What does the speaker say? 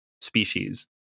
species